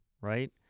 Right